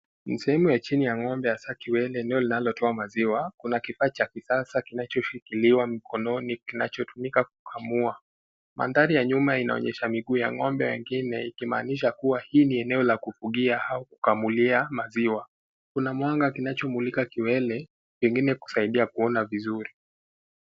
Ni sehemu ya chini ya ng'ombe hasa kiwele; eneo linalotoa maziwa. Kuna kifaa cha kisasa kinachoshikiliwa mkononi kinachotumika kukamua. Mandhari ya nyuma inaonyesha miguu ya ng'ombe wengine ikimaanisha kuwa hii ni eneo la kufugia au kukamulia maziwa. Kuna mwanga kinachomulika kiwele pengine kusaidia kuona vizuri.